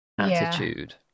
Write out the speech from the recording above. Attitude